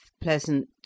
pleasant